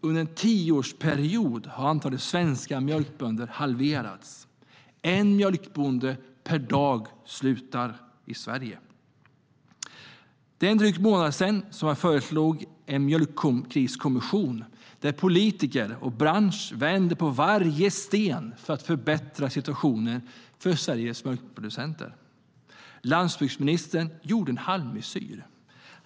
Under en tioårsperiod har antalet svenska mjölkbönder halverats. En mjölkbonde per dag slutar i Sverige. Det är en dryg månad sedan jag föreslog en mjölkkriskommission där politiker och bransch vänder på varje sten för att förbättra situationen för Sveriges mjölkproducenter. Landsbygdsministern gjorde en halvmesyr.